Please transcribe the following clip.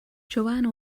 joanne